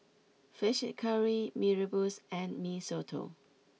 Fish Head Curry Mee Rebus and Mee Soto